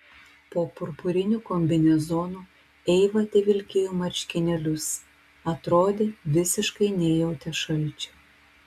po purpuriniu kombinezonu eiva tevilkėjo marškinėlius atrodė visiškai nejautė šalčio